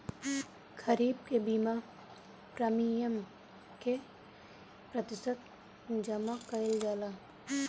खरीफ के बीमा प्रमिएम क प्रतिशत जमा कयील जाला?